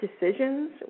decisions